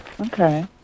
Okay